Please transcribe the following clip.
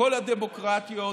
בכל הדמוקרטיות